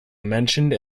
mentioned